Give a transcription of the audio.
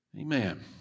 Amen